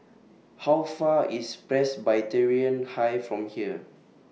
How Far away IS Presbyterian High from here